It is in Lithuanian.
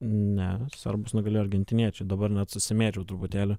ne serbus nugalėjo argentiniečiai dabar net susimėčiau truputėlį